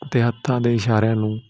ਅਤੇ ਹੱਥਾਂ ਦੇ ਇਸ਼ਾਰਿਆਂ ਨੂੰ